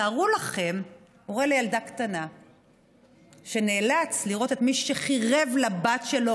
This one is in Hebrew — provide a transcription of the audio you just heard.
תארו לכם הורה לילדה קטנה שנאלץ לראות את מי שחירב לבת שלו,